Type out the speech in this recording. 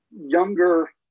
younger